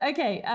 Okay